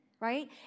right